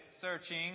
searching